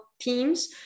teams